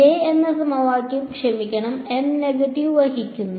J എന്ന സമവാക്യം ക്ഷമിക്കണം എം നെഗറ്റീവ് ചിഹ്നം വഹിക്കുന്നു